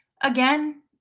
Again